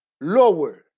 lower